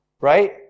Right